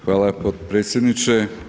Hvala potpredsjedniče.